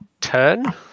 turn